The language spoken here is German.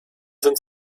sind